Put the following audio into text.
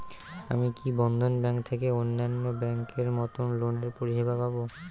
আমি কি বন্ধন ব্যাংক থেকে অন্যান্য ব্যাংক এর মতন লোনের পরিসেবা পাব?